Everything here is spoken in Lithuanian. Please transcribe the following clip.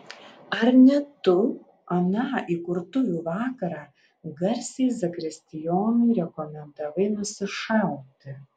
ar ne tu aną įkurtuvių vakarą garsiai zakristijonui rekomendavai nusišauti